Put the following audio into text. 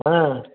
হ্যাঁ